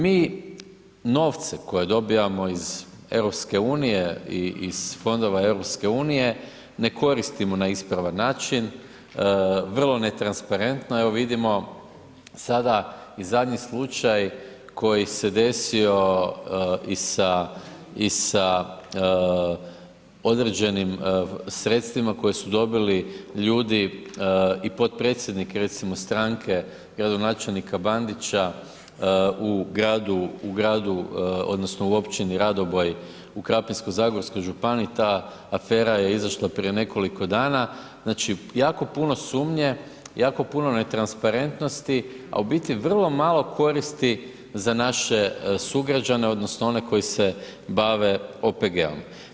Mi novce koje dobijemo iz EU i iz fondova EU ne koristimo na ispravan način, vrlo netransparentno, evo vidimo sada i zadnji slučaj koji se desio i sa, i sa određenim sredstvima koje su dobili ljudi i potpredsjednik recimo stranke gradonačelnika Bandića u gradu, u gradu odnosno u općini Radoboj u Krapinsko-zagorskoj županiji ta afera je izašla prije nekoliko dana, znači jako puno sumnje, jako puno netransparentnosti, a u biti vrlo malo koristi za naše sugrađane odnosno one koji se bave OPG-om.